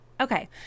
Okay